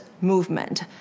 Movement